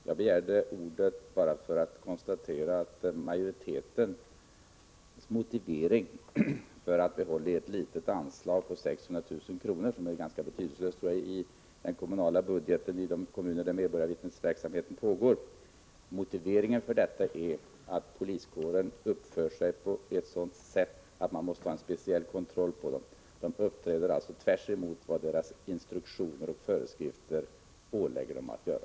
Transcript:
Jag begärde ordet bara för att konstatera att majoritetens motivering för att behålla ett litet anslag på 600 000 kr., som är ganska betydelselöst i den kommunala budgeten i de kommuner där medborgarvittnesverksamheten pågår, är att poliskåren uppför sig på ett sådant sätt att man måste ha en speciell kontroll av den. Den uppträder alltså tvärtemot vad poliskårens instruktioner och föreskrifter ålägger den att göra.